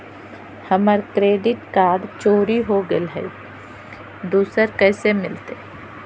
हमर credit card चोरी हो गेलय हई, दुसर कैसे मिलतई?